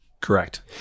Correct